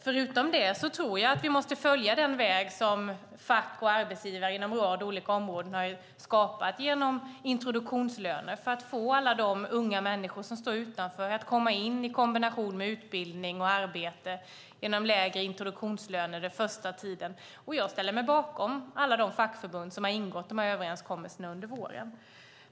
Förutom det tror jag att vi måste följa den väg som fack och arbetsgivare inom en rad olika områden har skapat genom introduktionslöner för att få alla de unga människor som står utanför att komma in i kombination med utbildning och arbete genom lägre introduktionslöner den första tiden. Jag ställer mig bakom alla de fackförbund som har ingått dessa överenskommelser under våren.